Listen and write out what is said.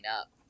up